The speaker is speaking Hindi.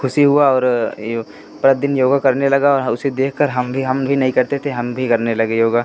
खुशी हुआ और यो प्रतदिन योग करने लगा और हाँ उसे देखकर हम भी हम भी नहीं करते थे हम भी करने लगे योग